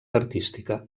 artística